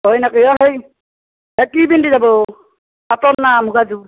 হয় নেকি এই কি পিন্ধি যাব পাটৰ নে মুগাযোৰ